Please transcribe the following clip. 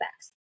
best